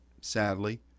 sadly